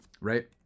right